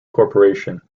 corporation